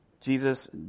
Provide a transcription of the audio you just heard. Jesus